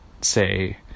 say